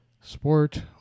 sport